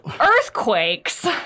earthquakes